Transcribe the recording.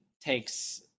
takes